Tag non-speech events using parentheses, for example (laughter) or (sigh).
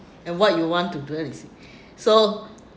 and what you want to do alice (breath) so